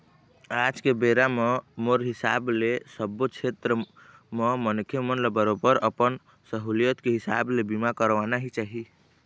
आज के बेरा म मोर हिसाब ले सब्बो छेत्र म मनखे मन ल बरोबर अपन सहूलियत के हिसाब ले बीमा करवाना ही चाही